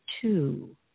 two